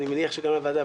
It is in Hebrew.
אני מניח שגם לוועדה,